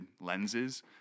lenses